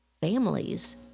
families